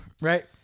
right